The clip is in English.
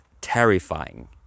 terrifying